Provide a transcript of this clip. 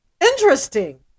Interesting